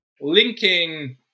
Linking